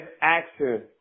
action